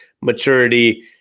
maturity